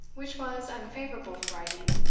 which was unfavourable for riding,